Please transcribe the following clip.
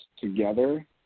together